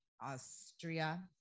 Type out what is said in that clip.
Austria